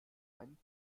einen